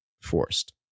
forced